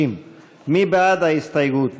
50. מי בעד ההסתייגות?